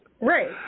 right